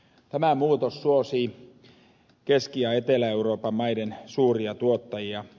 tämä muutos suosii keski ja etelä euroopan maiden suuria tuottajia